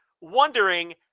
wondering